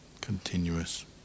continuous